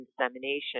insemination